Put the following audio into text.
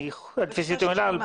אני חושב שב-2014.